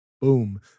boom